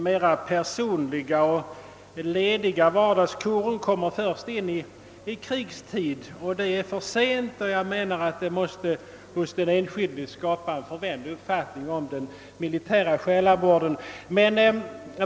Mera personliga och lediga vardagskorum anordnas först under krigstid, vilket är för sent. Jag menar att det måste hos den enskilde skapa en förvänd uppfattning om den militära själavården.